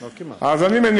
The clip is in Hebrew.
לא כמעט.